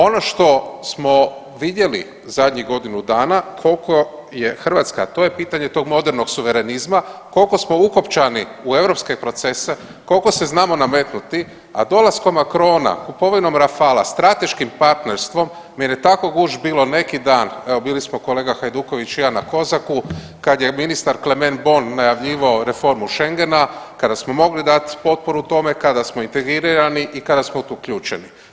Ono što smo vidjeli zadnjih godinu dana koliko je Hrvatska, to je pitanje tog modernog suverenizma, koliko smo ukopčani u europske procese, koliko se znamo nametnuti, a dolaskom Macrona i kupovinom Rafala i strateškim partnerstvom meni je tako gušt bilo neki dan, evo bili smo kolega Hajduković i ja na COSACU kad je ministar Klemen Bon najavljivao reformu šengena, kada smo mogli dat potporu tome, kada smo integrirani i kada smo u to uključeni.